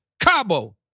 Cabo